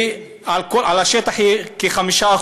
הן על שטח של כ-5%,